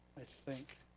i think.